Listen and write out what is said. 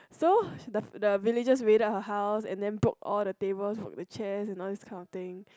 so the the villagers raided her house and then broke all the tables knock the chairs and all this kind of thing